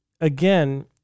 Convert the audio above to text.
again